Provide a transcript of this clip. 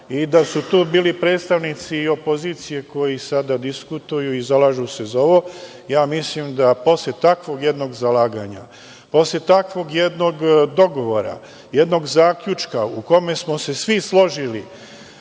i da su tu bili predstavnici opozicije koji sada diskutuju i zalažu se za ovo, ja mislim da posle takvog jednog zalaganja, posle takvog jednog dogovora, jednog zaključka u kome smo se svi složili